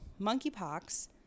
monkeypox